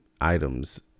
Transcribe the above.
items